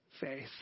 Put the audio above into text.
faith